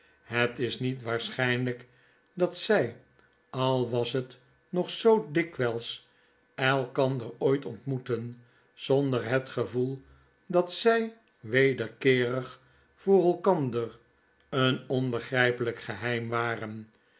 het is niet waarschynlyk dat zy al was het nog zoo dikwyls elkander ooit ontmoetten zonder het gevoel dat zy wederkeerig voor elkander een onbegrrjpelyk geheim waren